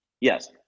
Yes